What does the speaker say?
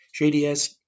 JDS